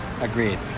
Agreed